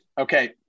okay